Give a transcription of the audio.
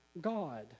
God